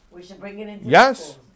Yes